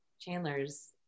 Chandler's